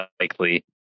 likely